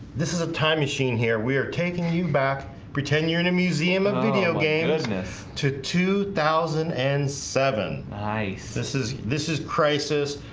this is a time machine here we are taking you back pretend. you're in a museum of video game business to two thousand and seven nice this is this is crisis.